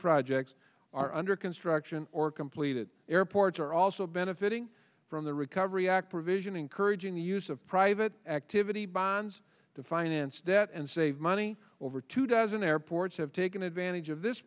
projects are under construction or completed airports are also benefiting from the recovery act provision encouraging the use of private activity by ons to finance debt and save money over two dozen airports have taken advantage of this